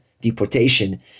deportation